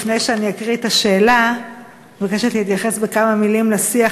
לפני שאני אקריא את השאלה אני מבקשת להתייחס בכמה מילים לשיח